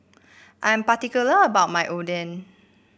I am particular about my Oden